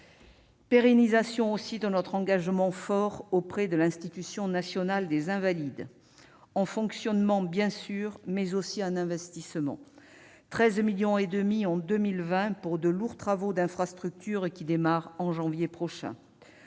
Pérennisation de notre engagement fort auprès de l'Institution nationale des invalides (INI), en fonctionnement, bien sûr, mais aussi en investissement : 13,5 millions d'euros seront consacrés en 2020 à de lourds travaux d'infrastructure qui démarreront en janvier prochain.